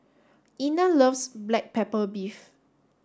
Ina loves black pepper beef